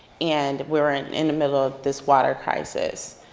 and we were in in the middle of this water crisis.